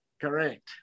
Correct